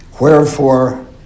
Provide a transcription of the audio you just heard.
Wherefore